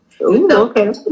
okay